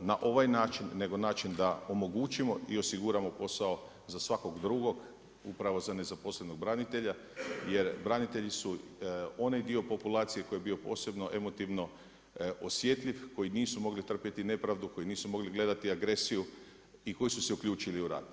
na ovaj način nego način da omogućimo i osiguramo posao za svakog drugog, upravo nezaposlenog branitelja jer branitelji su onaj dio populacije koji je bio posebno emotivno osjetljiv, koji nisu mogli trpjeti nepravdu, koji nisu mogli gledati agresiju i koji su se uključili u rat.